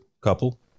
Couple